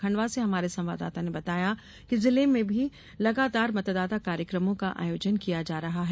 खंडवा से हमारे संवाददाता ने बताया है कि जिले में भी लगातार मतदाता कार्यक्रमों का आयोजन किया जा रहा है